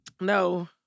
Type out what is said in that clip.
No